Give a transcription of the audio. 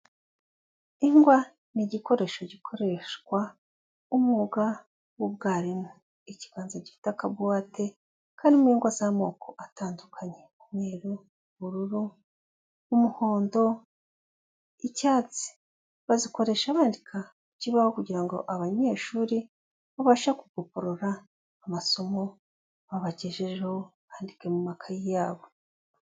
Ingwa ni igikoresho gikoreshwa umwuga w'ubwarimu. Ikiganza gifite akabuwate karimo ingwa z'amoko atandukanye. Umweru, ubururu, umuhondo, icyatsi, bazikoresha bandika ku kibaho kugira ngo abanyeshuri babashe gukoporora amasomo babagejejeho bandike mu makayi yabo.